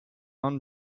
ian